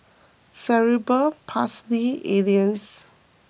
Cerebral Palsy Alliance